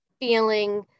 feeling